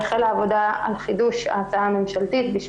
קרן ברק והחלה עבודה על חידוש ההצעה הממשלתית.